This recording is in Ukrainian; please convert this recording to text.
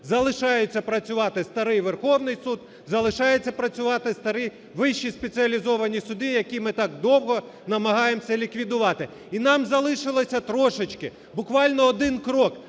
залишається працювати старий Верховний Суд, залишається працювати старі вищі спеціалізовані суди, які ми так довго намагаємося ліквідувати. І нам залишилося трошечки, буквально один крок.